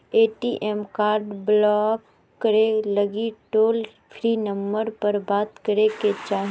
ATM card block करे लगी toll free number पर बात करे के चाही